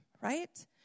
right